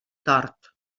tort